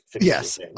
Yes